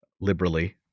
liberally